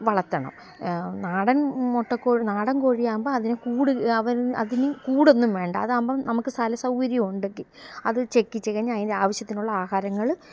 വളർത്തണം നാടന് മുട്ടക്കോഴി നാടന് കോഴിയാകുമ്പം അതിനെ കൂട് അവന് അതിനു കൂടൊന്നും വേണ്ട അതാകുമ്പം നമുക്ക് സ്ഥലസൗകര്യമുണ്ടെങ്കിൽ അത് ചിക്കിച്ചികഞ്ഞ് അതിൻറ്റാവശ്യത്തിനുള്ള ആഹാരങ്ങൾ